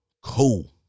Cool